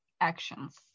actions